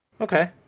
Okay